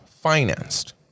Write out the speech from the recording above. financed